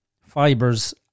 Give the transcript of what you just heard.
fibers